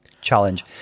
challenge